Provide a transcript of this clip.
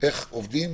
איך עובדים.